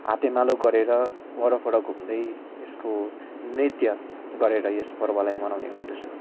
हातेमालो गरेर वरपर घुम्दै यसको नृत्य गरेर यस पर्वलाई मनाउने गर्दछन्